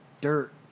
Dirt